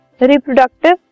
reproductive